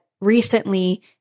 recently